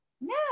No